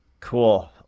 cool